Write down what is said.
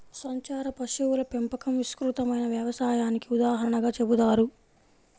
సంచార పశువుల పెంపకం విస్తృతమైన వ్యవసాయానికి ఉదాహరణగా చెబుతారు